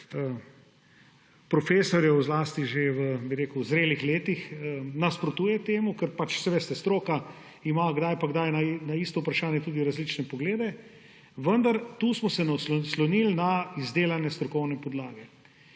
profesorjev, zlasti že v zrelih letih, nasprotuje temu, ker pač, saj veste, stroka ima kdaj pa kdaj na isto vprašanje tudi različne poglede, vendar tu smo se naslonili na izdelane strokovne podlage.